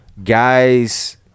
guys